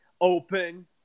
open